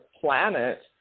planet